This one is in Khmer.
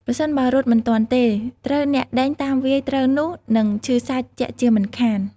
ប្រសិនបើរត់មិនទាន់ទេ ត្រូវអ្នកដេញតាមវាយត្រូវនោះនឹងឈឺសាច់ជាក់ជាមិនខាន។